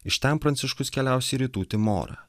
iš ten pranciškus keliaus į rytų timorą